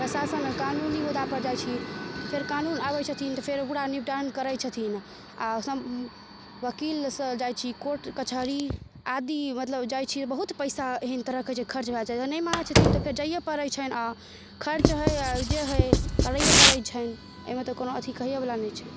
प्रशासन आओर कानूनी मुद्दापर जाइ छी फेर कानून आबै छथिन तऽ फेर ओकरा निपटान करै छथिन आओर वकीलसँ जाइ छी कोर्ट कचहरी आदि मतलब जाइ छी बहुत पइसा एहन तरहके जे खर्च भऽ जाइ छै अगर नहि मानै छथिन तऽ फेर जाइए पड़ै छनि आओर खर्च होइ या जे होइ करैए पड़ै छनि एहिमे तऽ कोनो अथी कहैएवला नहि छनि